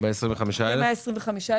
125,000